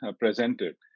presented